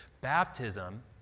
Baptism